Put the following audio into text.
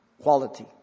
quality